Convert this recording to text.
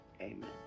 amen